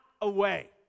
away